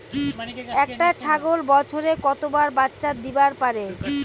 একটা ছাগল বছরে কতবার বাচ্চা দিবার পারে?